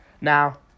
Now